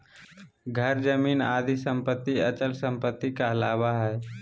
घर, जमीन आदि सम्पत्ति अचल सम्पत्ति कहलावा हइ